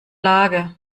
lage